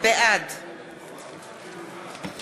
בעד